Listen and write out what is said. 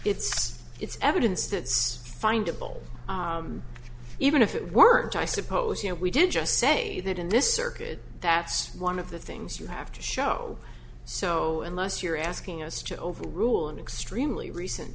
it's it's evidence that's fine dibble even if it weren't i suppose you know we didn't just say that in this circuit that's one of the things you have to show so unless you're asking us to overrule an extremely recent